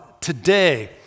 today